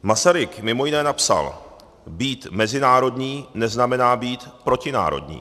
Masaryk mimo jiné napsal: Být mezinárodní, neznamená být protinárodní.